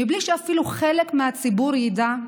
בלי שחלק מהציבור אפילו ידע,